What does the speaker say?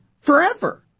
Forever